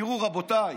תראו, רבותיי,